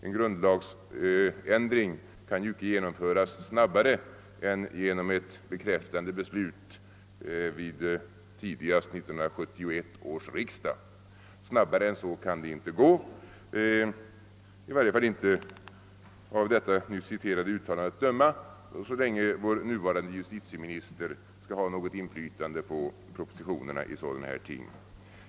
En grundlagsändring kan ju inte genomföras annat än genom ett bekräftande beslut tidigast vid 1971 års riksdag. Snabbare än så kan det inte gå, i varje fall inte — av det nyss citerade uttalandet att döma — så länge vår nuvarande justitieminister skall ha något inflytande på propositioner i sådana här frågor.